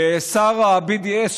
שר ה-BDS,